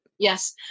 Yes